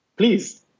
please